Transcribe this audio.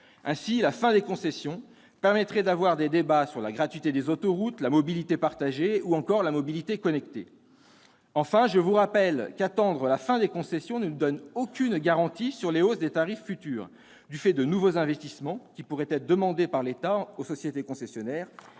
Ainsi, la fin des concessions permettrait d'avoir des débats sur la gratuité des autoroutes, la mobilité partagée, ou encore la mobilité connectée. Enfin, mes chers collègues, je vous rappelle qu'attendre la fin des concessions ne nous donne aucune garantie quant à de futures hausses de tarifs, du fait des nouveaux investissements qui pourraient être demandés par l'État aux sociétés concessionnaires.